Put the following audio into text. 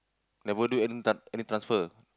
never do any tr~ any transfer